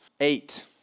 eight